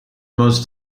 most